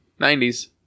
90s